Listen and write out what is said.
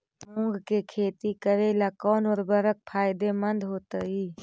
मुंग के खेती करेला कौन उर्वरक फायदेमंद होतइ?